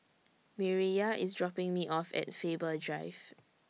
Mireya IS dropping Me off At Faber Drive